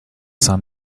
sun